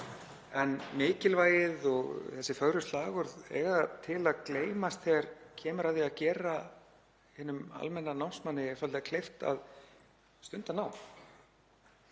en mikilvægið og þessi fögru slagorð eiga það til að gleymast þegar kemur að því að gera hinum almenna námsmanni einfaldlega kleift að stunda nám.